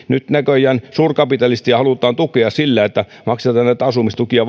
nyt näköjään suurkapitalistia halutaan tukea sillä että maksetaan valtavasti näitä asumistukia